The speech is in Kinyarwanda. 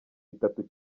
itatu